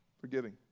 forgiving